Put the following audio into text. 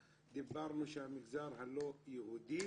אמרנו שהמגזר הלא יהודי